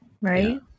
right